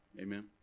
Amen